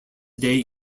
day